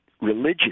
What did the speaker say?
religion